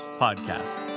podcast